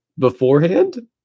Beforehand